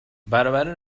برابر